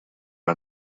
are